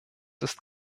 ist